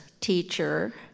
teacher